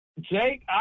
Jake